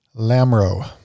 Lamro